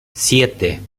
siete